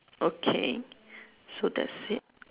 okay so that's it